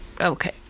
Okay